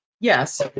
Yes